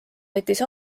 võttis